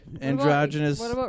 androgynous